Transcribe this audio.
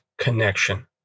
connection